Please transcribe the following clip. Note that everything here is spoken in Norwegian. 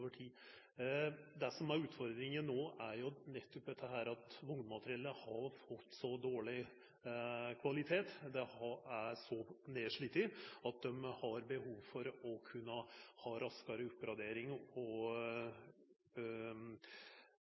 tid. Det som er utfordringa no, er nettopp det at vognmateriellet har fått så dårleg kvalitet. Det er så nedslite at dei har behov for å kunna ha raskare oppgradering.